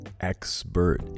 expert